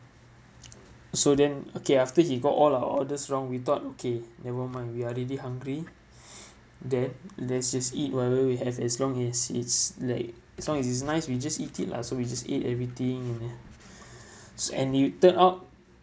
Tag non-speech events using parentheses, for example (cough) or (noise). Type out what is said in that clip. so then okay after he got all our orders wrong we thought okay never mind we are already hungry (breath) then let's just eat whatever we have as long as it's like as long as it's nice we just eat it lah so we just eat everything and ah (breath) so and it turn out